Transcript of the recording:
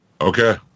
Okay